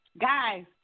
guys